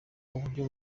uburyo